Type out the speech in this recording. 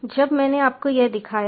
तब मैंने आपको यह दिखाया है